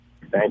Thank